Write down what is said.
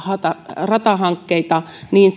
ratahankkeita niin